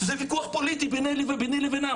זה ויכוח פוליטי ביני לבינם.